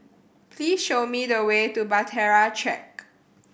please show me the way to Bahtera Track